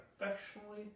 affectionately